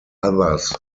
others